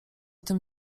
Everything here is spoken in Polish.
tym